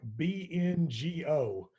BNGO